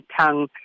tongue